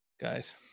guys